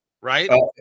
right